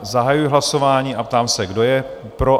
Zahajuji hlasování a ptám se, kdo je pro?